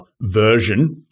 version